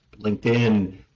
LinkedIn